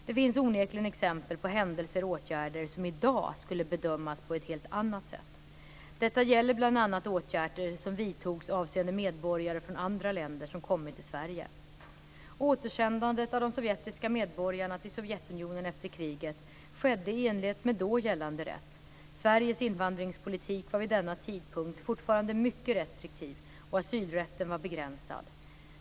Det finns onekligen exempel på händelser och åtgärder som i dag skulle bedömas på ett helt annat sätt. Detta gäller bl.a. åtgärder som vidtogs avseende medborgare från andra länder som kommit till Sverige. Återsändandet av de sovjetiska medborgarna till Sovjetunionen efter kriget skedde i enlighet med då gällande rätt. Sveriges invandringspolitik var vid denna tidpunkt fortfarande mycket restriktiv, och asylrätten var begränsad.